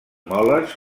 moles